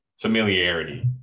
familiarity